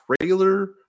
trailer